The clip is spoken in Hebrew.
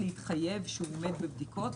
להתחייב שהוא עומד בבדיקות,